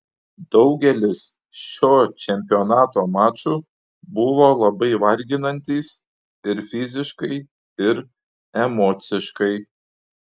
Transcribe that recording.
daugelis šio čempionato mačų buvo labai varginantys ir fiziškai ir emociškai